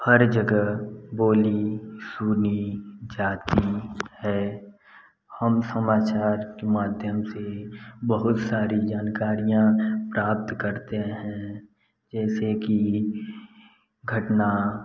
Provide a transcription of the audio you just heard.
हर जगह बोली सुनी जाती है हम समाचार के माध्यम से बहुत सारी जानकारियाँ प्राप्त करते हैं जैसे कि घटना